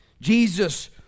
Jesus